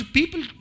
People